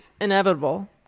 inevitable